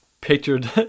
pictured